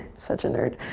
such a nerd.